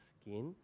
skin